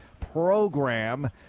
program